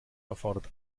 erfordert